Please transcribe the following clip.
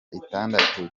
itandatu